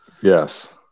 Yes